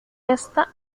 esta